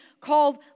called